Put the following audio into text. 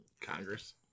Congress